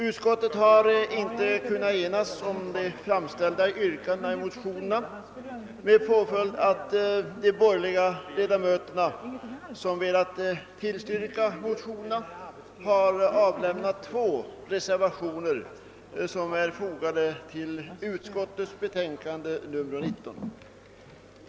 Utskottet har inte kunnat enas om de framställda yrkandena i motionerna med påföljd att de borgerliga ledamöterna som velat bifalla motionsyrkandena har avlämnat två reservationer till utskottets betänkande nr 19.